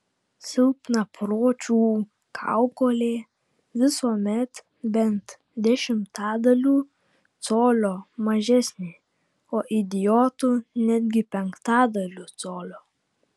silpnapročių kaukolė visuomet bent dešimtadaliu colio mažesnė o idiotų netgi penktadaliu colio